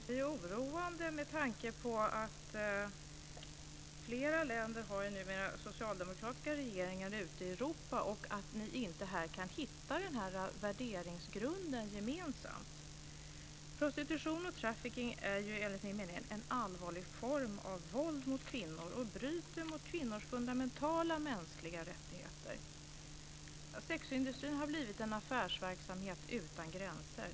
Fru talman! Med tanke på att flera länder ute i Europa numera har socialdemokratiska regeringar är det oroande att ni inte gemensamt kan hitta den här värderingsgrunden. Prostitution och trafficking är enligt min mening en allvarlig form av våld mot kvinnor och bryter mot kvinnors fundamentala mänskliga rättigheter. Sexindustrin har blivit en affärsverksamhet utan gränser.